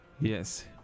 Yes